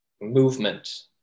Movement